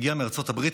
הגיע מארצות הברית,